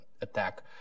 attack